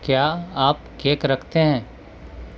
کیا آپ کیک رکھتے ہیں